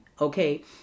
Okay